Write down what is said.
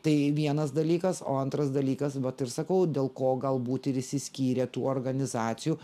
tai vienas dalykas o antras dalykas vat ir sakau dėl ko galbūt ir išsiskyrė tų organizacijų